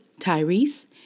Tyrese